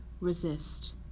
resist